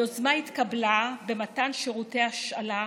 היוזמה התקבלה במתן שירותי השאלה